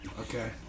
okay